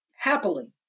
Happily